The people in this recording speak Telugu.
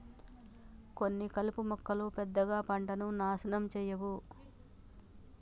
కొన్ని కలుపు మొక్కలు పెద్దగా పంటను నాశనం చేయవు